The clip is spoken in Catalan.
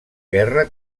guerra